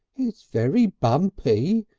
it's very bumpy.